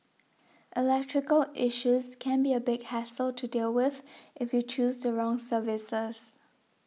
electrical issues can be a big hassle to deal with if you choose the wrong services